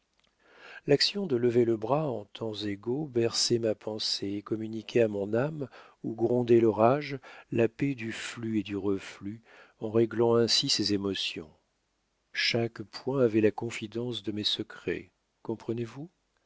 l'action de lever le bras en temps égaux berçait ma pensée et communiquait à mon âme où grondait l'orage la paix du flux et du reflux en réglant ainsi ses émotions chaque point avait la confidence de mes secrets comprenez-vous